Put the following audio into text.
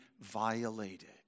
violated